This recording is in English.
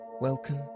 Welcome